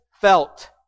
felt